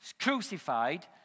crucified